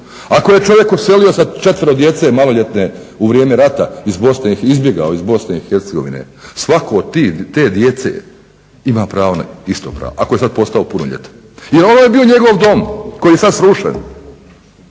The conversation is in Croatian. ako je čovjek odselio sa 4 djece maloljetne u vrijeme rata iz Bosne, izbjegao iz Bosne i Hercegovine svako od te djece ima isto pravo ako je sad postao punoljetan. Jer ono je bio njegov dom koji je sad srušen,